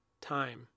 Time